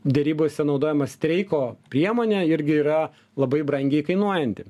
derybose naudojama streiko priemonė irgi yra labai brangiai kainuojanti